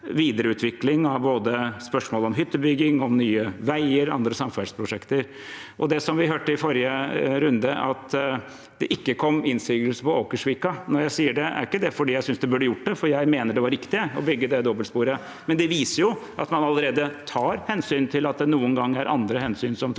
videreutvikling av spørsmål om både hyttebygging, nye veier og andre samferdselsprosjekter. Når det gjelder det vi hørte i forrige runde, at det ikke kom innsigelser på Åkersvika, sier jeg ikke det fordi jeg synes det burde gjort det, for jeg mener det var riktig å bygge det dobbeltsporet, men det viser at man allerede tar hensyn til at det noen ganger er andre hensyn som